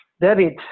David